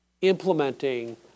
implementing